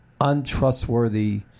untrustworthy